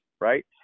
right